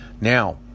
Now